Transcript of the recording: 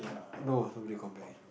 no nobody complain